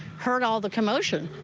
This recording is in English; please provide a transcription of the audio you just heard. heard all the commotion.